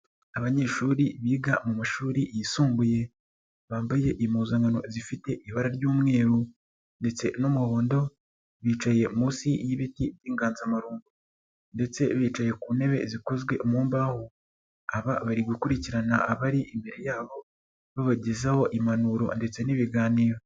Abanyeshuri biga mu mashuri yisumbuye, bambaye impuzankano zifite ibara ry'umweru ndetse n'umuhondo, bicaye munsi y'ibiti by'inganzamarumbo, ndetse bicaye ku ntebe zikozwe mu mbaho aba bari gukurikirana abari imbere yabo babagezaho impanuro ndetse n'ibiganiro.